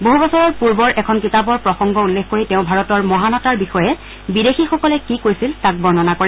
বহু বছৰ পূৰ্বৰ এখন কিতাপৰ প্ৰসংগ উল্লেখ কৰি তেওঁ ভাৰতৰ মহানতাৰ বিষয়ে বিদেশীসকলে কি কৈছিল তাক বৰ্ণনা কৰে